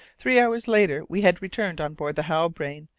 three hours later we had returned on board the halbrane,